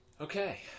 Okay